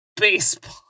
baseball